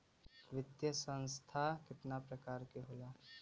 वित्तीय संस्था कितना प्रकार क होला?